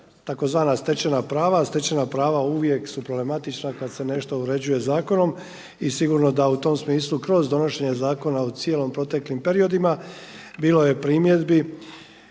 tzv. stečena prava, a stečena prava uvijek su problematična kad se nešto uređuje zakonom. I sigurno da u tom smislu kroz donošenje zakona u cijelim proteklim periodima bilo je primjedbi.